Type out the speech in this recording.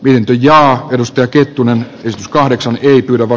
lintuja edustaa kettunen kahdeksan ylva